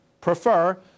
prefer